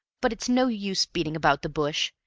but it's no use beating about the bush.